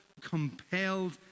compelled